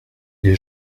les